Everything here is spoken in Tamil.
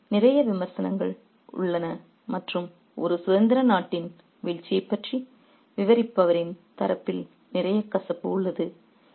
எனவே நிறைய விமர்சனங்கள் உள்ளன மற்றும் ஒரு சுதந்திர நாட்டின் வீழ்ச்சியைப் பற்றி விவரிப்பவரின் தரப்பில் நிறைய கசப்பு உள்ளது